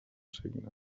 signe